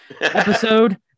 episode